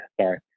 sorry